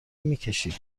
میکشید